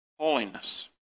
Holiness